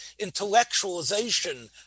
intellectualization